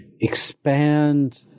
expand